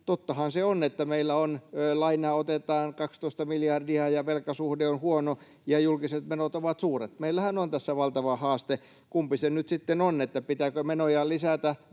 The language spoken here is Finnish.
tottahan se on, että meillä lainaa otetaan 12 miljardia ja velkasuhde on huono ja julkiset menot ovat suuret. Meillähän on tässä valtava haaste. Kumpi se nyt sitten on, pitääkö menoja lisätä